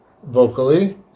vocally